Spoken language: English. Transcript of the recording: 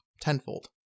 tenfold